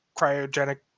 cryogenic